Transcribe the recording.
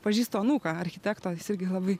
pažįstu anūką architekto jis irgi labai